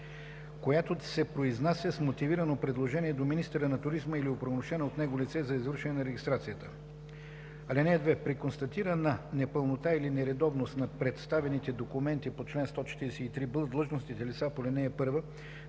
която се произнася с мотивирано предложение до министъра на туризма или оправомощено от него лице за извършване на регистрацията. (2) При констатирана непълнота или нередовност на представените документи по чл. 143б длъжностните лица по ал. 1